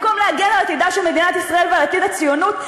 במקום להגן על עתידה של מדינת ישראל ועל עתיד הציונות.